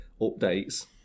updates